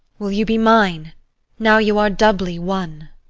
will you be mine now you are doubly won?